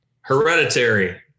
Hereditary